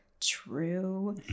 True